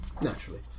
naturally